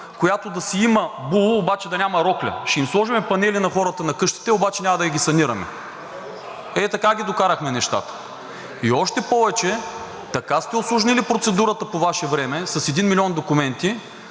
която да си има було, обаче да няма рокля. Ще им сложим панели на хората на къщите, обаче няма да им ги санираме. Ето така ги докарахме нещата. Още повече, така сте усложнили процедурата по Ваше време, с един милион документи,